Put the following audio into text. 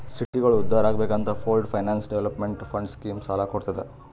ಸಿಟಿಗೋಳ ಉದ್ಧಾರ್ ಆಗ್ಬೇಕ್ ಅಂತ pooled finance development fund scheme ಸಾಲ ಕೊಡ್ತುದ್